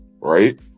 Right